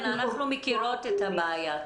אנחנו מכירות את הבעיה.